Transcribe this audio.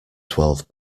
twelve